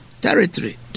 territory